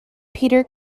peter